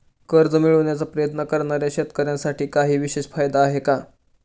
कर्ज मिळवण्याचा प्रयत्न करणाऱ्या शेतकऱ्यांसाठी काही विशेष फायदे आहेत का?